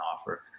offer